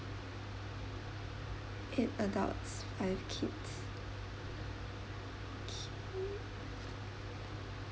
eight adults five kids okay